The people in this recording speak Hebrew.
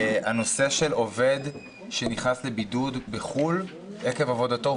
הנושא של עובד שנכנס לבידוד בחו"ל עקב עבודתו,